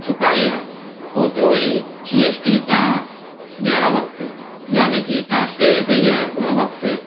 चुकाई आहे ओतिरो ई जी एस टी तव्हां ॾेअण वक़्त यानी की तव्हां सेल कई आहे उन वक़्तु